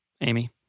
Amy